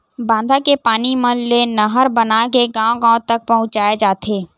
बांधा के पानी मन ले नहर बनाके गाँव गाँव तक पहुचाए जाथे